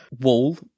wall